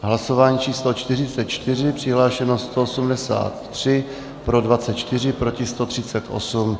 Hlasování číslo 44, přihlášeno 183, pro 24, proti 138.